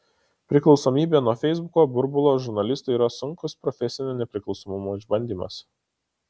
priklausomybė nuo feisbuko burbulo žurnalistui yra sunkus profesinio nepriklausomumo išbandymas